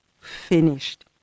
finished